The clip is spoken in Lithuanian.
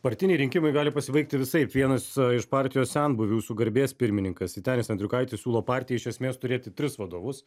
partiniai rinkimai gali pasibaigti visaip vienas iš partijos senbuvių jūsų garbės pirmininkas vytenis andriukaitis partijai iš esmės turėti tris vadovus